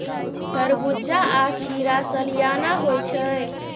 तरबूज्जा आ खीरा सलियाना होइ छै